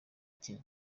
kenya